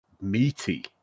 meaty